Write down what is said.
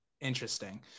interesting